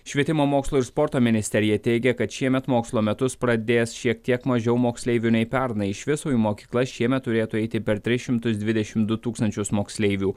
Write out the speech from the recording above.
švietimo mokslo ir sporto ministerija teigia kad šiemet mokslo metus pradės šiek tiek mažiau moksleivių nei pernai iš viso į mokyklas šiemet turėtų eiti per tris šimtus dvidešimt du tūkstančius moksleivių